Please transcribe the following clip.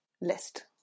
list